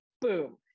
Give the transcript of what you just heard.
boom